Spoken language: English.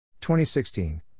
2016